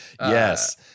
yes